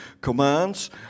Commands